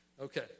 Okay